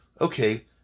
okay